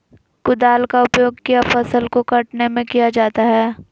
कुदाल का उपयोग किया फसल को कटने में किया जाता हैं?